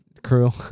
Crew